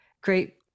great